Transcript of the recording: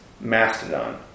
Mastodon